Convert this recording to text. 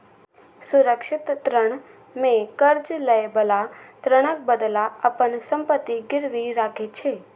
सुरक्षित ऋण मे कर्ज लएबला ऋणक बदला अपन संपत्ति गिरवी राखै छै